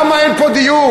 למה אין פה דיור?